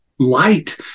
light